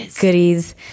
goodies